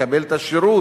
לקבל את השירות